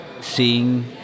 seeing